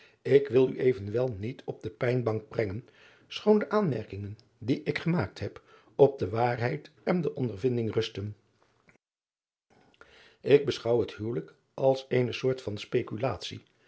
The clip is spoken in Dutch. k wil u evenwel niet op de pijnbank brengen schoon de aanmerkingen die ik gemaakt heb op de waarheid en de ondervinding rusten k beschouw het huwelijk als eene soort van speculatie